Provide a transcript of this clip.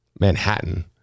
Manhattan